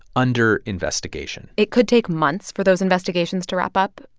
under investigation it could take months for those investigations to wrap up.